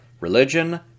religion